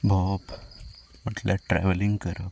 भोंवप म्हटल्यार ट्रेवलींग करप